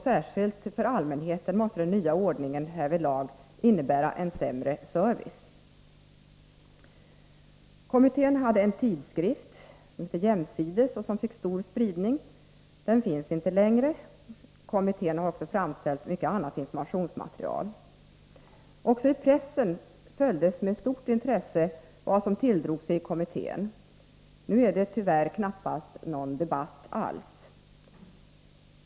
Särskilt för allmänheten måste den nya ordningen härvidlag innebära en sämre service. Kommittén hade en tidskrift, Jämsides, som fick stor spridning. Den finns inte längre. Kommittén framställde dessutom mycket annat informationsmaterial. Också i pressen följdes med stort intresse vad som tilldrog sig i kommittén. Nu är det tyvärr knappast någon debatt alls.